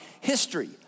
history